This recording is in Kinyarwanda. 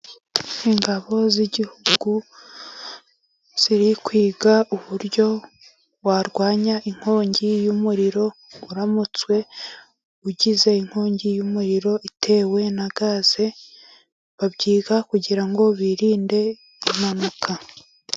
Ingabo z'igihugu ziri kwiga, uburyo warwanya inkongi y'umuriro, uramutse ugize inkongi y'umuriro, itewe na gaze, babyiga kugira ngo, birinde impanuka.